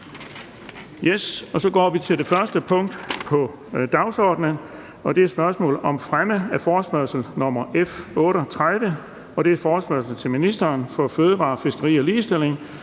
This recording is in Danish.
ovenfor). --- Det første punkt på dagsordenen er: 1) Spørgsmål om fremme af forespørgsel nr. F 38: Forespørgsel til ministeren for fødevarer, fiskeri og ligestilling